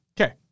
Okay